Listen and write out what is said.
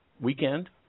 weekend